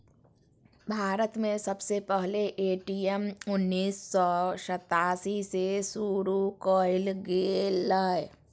भारत में सबसे पहले ए.टी.एम उन्नीस सौ सतासी के शुरू कइल गेलय